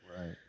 right